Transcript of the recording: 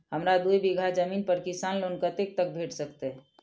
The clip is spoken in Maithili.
हमरा दूय बीगहा जमीन पर किसान लोन कतेक तक भेट सकतै?